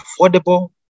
affordable